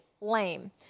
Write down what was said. Lame